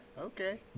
Okay